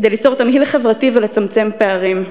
כדי ליצור תמהיל חברתי ולצמצם פערים,